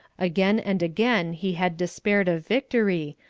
again and again he had despaired of victory,